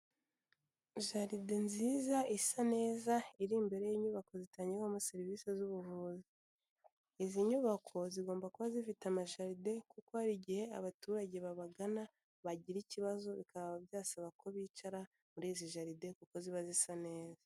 Jaride nziza, isa neza, iri imbere y'inyubako zitangirwamo serivisi z'ubuvuzi, izi nyubako, zigomba kuba zifite amajaride, kuko hari igihe abaturage babagana bagira ikibazo bikaba byasaba ko bicara muri izi jaride, kuko ziba zisa neza.